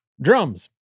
drums